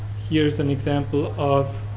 here is an example of,